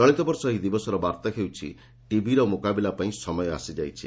ଚଳିତବର୍ଷ ଏହି ଦିବସର ବାର୍ତ୍ତା ହେଉଛି 'ଟିବିର ମୁକାବିଲା ପାଇଁ ସମୟ ଆସିଯାଇଛି